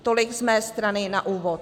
Tolik z mé strany na úvod.